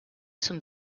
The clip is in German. zum